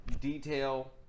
detail